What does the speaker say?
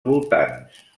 voltants